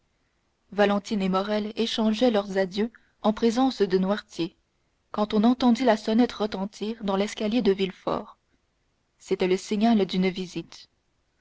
valentine et morrel échangeaient leurs adieux en présence de noirtier quand on entendit la sonnette retentir dans l'escalier de villefort c'était le signal d'une visite